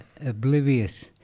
oblivious